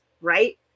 right